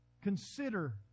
Consider